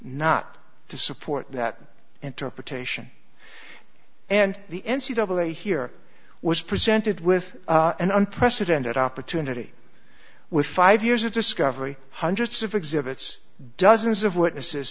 not to support that interpretation and the n c double a here was presented with an unprecedented opportunity with five years of discovery hundreds of exhibits dozens of witnesses